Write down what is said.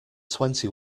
twenty